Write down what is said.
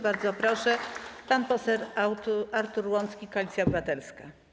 Bardzo proszę, pan poseł Artur Łącki, Koalicja Obywatelska.